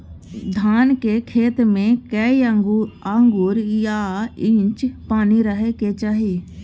धान के खेत में कैए आंगुर आ इंच पानी रहै के चाही?